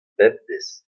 bemdez